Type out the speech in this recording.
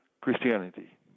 Christianity